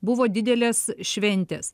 buvo didelės šventės